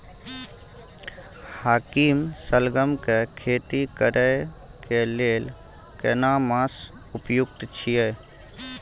हाकीम सलगम के खेती करय के लेल केना मास उपयुक्त छियै?